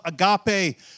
agape